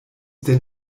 denn